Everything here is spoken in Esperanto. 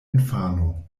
infano